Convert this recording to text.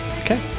Okay